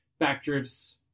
Backdrifts